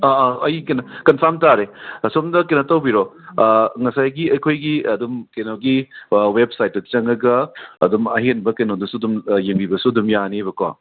ꯑꯩ ꯀꯟꯐꯥꯔꯝ ꯇꯥꯔꯦ ꯁꯣꯝꯗ ꯀꯩꯅꯣ ꯇꯧꯕꯤꯔꯣ ꯉꯁꯥꯏꯒꯤ ꯑꯩꯈꯣꯏꯒꯤ ꯑꯗꯨꯝ ꯀꯩꯅꯣꯒꯤ ꯋꯦꯕꯁꯥꯏꯠꯇ ꯆꯪꯉꯒ ꯑꯗꯨꯝ ꯑꯍꯦꯟꯕ ꯀꯩꯅꯣꯗꯨꯁꯨ ꯑꯗꯨꯝ ꯌꯦꯡꯕꯤꯕꯁꯨ ꯑꯗꯨꯝ ꯌꯥꯅꯤꯕꯀꯣ